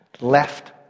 left